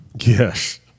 Yes